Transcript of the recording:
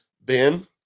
Ben